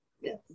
Yes